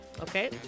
Okay